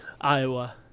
Iowa